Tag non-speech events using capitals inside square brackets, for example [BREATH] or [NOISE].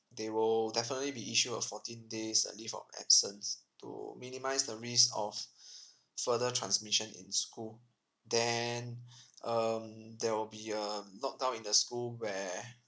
they will definitely be issue a fourteen days uh leave of absence to minimize the risk of [BREATH] further transmission in school then [BREATH] um there will be a lockdown in the school where